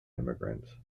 immigrants